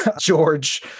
George